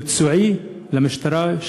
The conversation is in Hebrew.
מקצועי למשטרה,